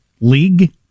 league